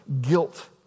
guilt